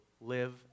live